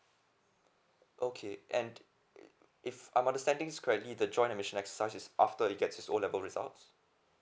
okay and if I'm understanding scarcely the join admission such is after he get his O level results